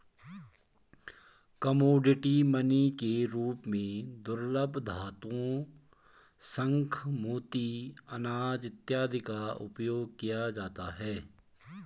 commodity money के रूप में दुर्लभ धातुओं शंख मोती अनाज इत्यादि का उपयोग किया जाता है